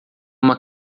uma